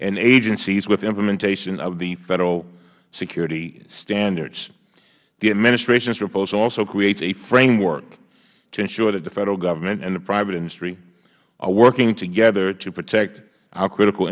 and agencies with implementation of the federal security standards the administration's proposal also creates a framework to ensure that the federal government and private industry are working together to protect our critical